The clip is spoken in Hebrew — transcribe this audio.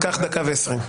אז קח דקה ועשרים.